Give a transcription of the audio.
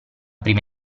prima